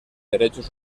derechos